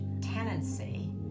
tenancy